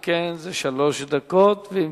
אם כן, שלוש דקות, ואם